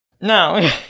No